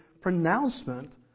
pronouncement